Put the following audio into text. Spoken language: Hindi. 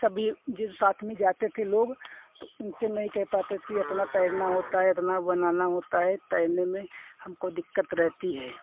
सभी जैसे साथ में जाते थे लोग तो उनसे मैं ये कहता था कि अपना तैरना होता है यातना बनाना होता है तैरने में हमको दिक्कत रहती है